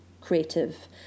creative